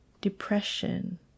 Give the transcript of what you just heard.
Depression